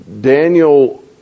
Daniel